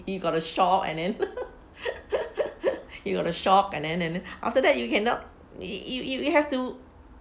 you got a shock and then you got a shock and then and then after that you cannot you you you you have to